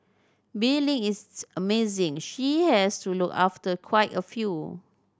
Bee Ling is amazing she has to look after quite a few